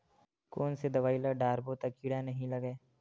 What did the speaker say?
कोन से दवाई ल डारबो त कीड़ा नहीं लगय?